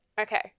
Okay